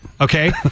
okay